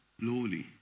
Lowly